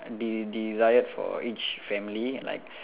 de~ desired for each family and like